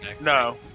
no